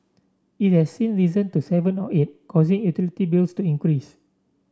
it has since risen to seven or eight causing utility bills to increase